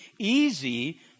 easy